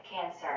cancer